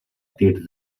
tir